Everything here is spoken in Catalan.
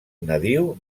nadiu